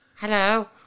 Hello